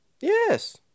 yes